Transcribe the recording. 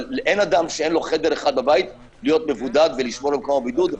אבל אין אדם שאין לו חדר אחד בבית להיות מבודד ולשמור על מקום הבידוד.